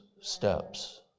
steps